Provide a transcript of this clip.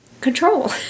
control